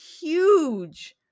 huge